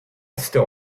still